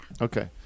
Okay